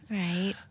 right